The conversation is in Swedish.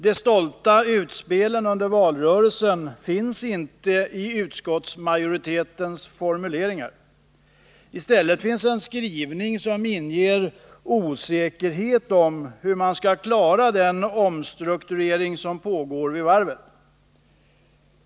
De stolta utspelen under valrörelsen finns inte med i utskottsmajoritetens formuleringar. I stället finns en skrivning som inger osäkerhet om hur man skall klara den omstrukturering som pågår vid varvet.